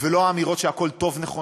ולא האמירות שהכול טוב נכונות,